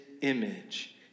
image